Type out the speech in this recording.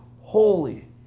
holy